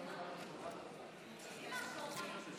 אם כך, אלה תוצאות